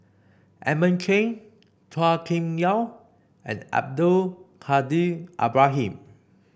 Edmund Chen Chua Kim Yeow and Abdul Kadir Ibrahim